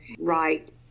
right